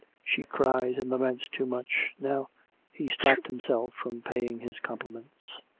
she cries and laments too much. now he stopped himself from paying his compliments.